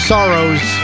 Sorrows